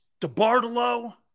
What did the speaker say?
DeBartolo